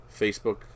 Facebook